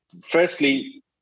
Firstly